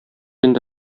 инде